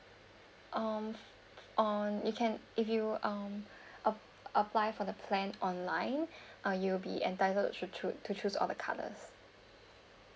um on you can if you um a~ apply for the plan online uh you'll be entitled to through to choose all the colors